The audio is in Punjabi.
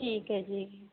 ਠੀਕ ਹੈ ਜੀ